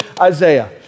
Isaiah